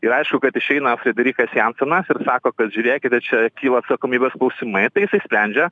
ir aišku kad išeina frederikas jansonas sako kad žiūrėkite čia kyla atsakomybės klausimai jisai sprendžia